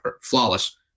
flawless